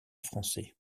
français